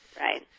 Right